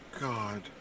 God